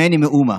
ממני מאומה".